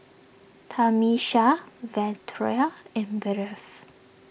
Tamisha Valeria and Bev